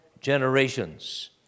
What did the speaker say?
generations